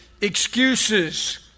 Excuses